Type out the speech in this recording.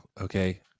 okay